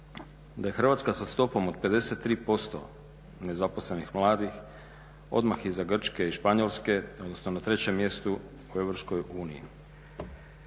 da je Hrvatska sa stopom od 53% nezaposlenih mladih odmah iza Grčke i Španjolske, odnosno na trećem mjestu u